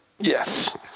Yes